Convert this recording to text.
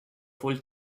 full